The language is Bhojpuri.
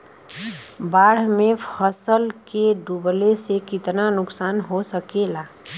बाढ़ मे फसल के डुबले से कितना नुकसान हो सकेला?